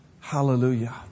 Hallelujah